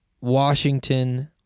Washington